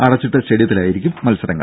അടച്ചിട്ട സ്റ്റേഡിയത്തിലായിരിക്കും മത്സരങ്ങൾ